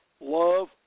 love